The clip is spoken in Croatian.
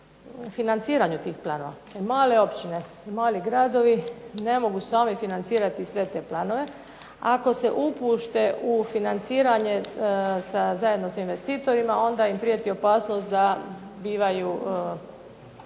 financiranju tih planova. Male općine i gradovi ne mogu sami financirati sve ta planove, ako se upuste u financiranje zajedno sa investitorima, onda im prijeti opasnost da bivaju